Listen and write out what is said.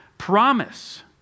promise